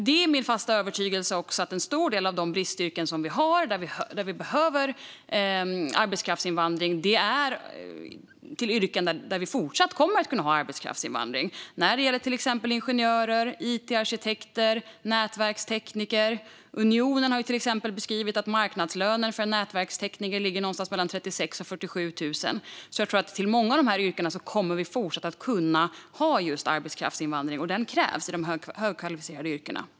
Det är min fasta övertygelse, när det gäller en stor del av de bristyrken som vi har och där vi behöver arbetskraftsinvandring, att vi kommer att kunna ha arbetskraftsinvandring. Det gäller till exempel ingenjörer, itarkitekter och nätverkstekniker. Unionen har till exempel beskrivit att marknadslönen för en nätverkstekniker ligger på någonstans mellan 36 000 och 47 000, så jag tror att vi fortsatt kommer att kunna ha arbetskraftsinvandring när det gäller många av dessa yrken. Det krävs i fråga om de högkvalificerade yrkena.